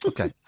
Okay